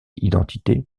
identité